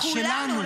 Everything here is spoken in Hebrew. שלנו.